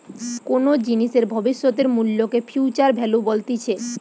কোনো জিনিসের ভবিষ্যতের মূল্যকে ফিউচার ভ্যালু বলতিছে